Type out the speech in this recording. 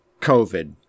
COVID